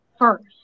first